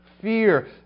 fear